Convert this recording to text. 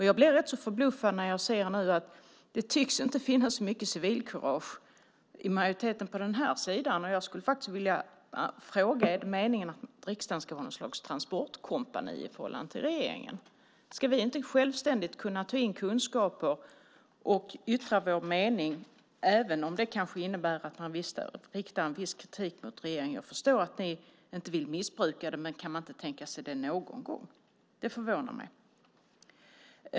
Jag blir rätt förbluffad när jag ser att det inte tycks finnas så mycket civilkurage i majoriteten på den här sidan. Jag skulle vilja fråga om det är meningen att riksdagen ska vara något slags transportkompani i förhållande till regeringen. Ska vi inte självständigt kunna ta in kunskaper och yttra vår mening även om det kanske innebär att man riktar en viss kritik mot regeringen? Jag förstår att ni inte vill missbruka det, men kan man inte tänka sig det någon gång? Det förvånar mig.